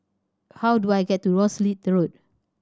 how do I get to Rosyth Road